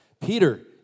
Peter